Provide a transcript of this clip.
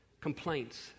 complaints